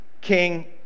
King